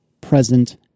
present